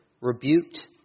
rebuked